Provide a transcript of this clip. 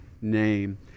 name